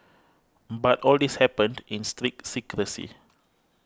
but all this happened in strict secrecy